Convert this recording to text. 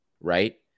right